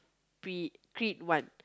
pre~ Creed one